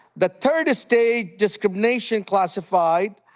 the third stage, discrimination classified,